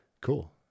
Cool